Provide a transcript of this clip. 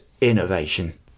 innovation